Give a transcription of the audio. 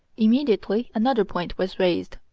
immediately another point was raised.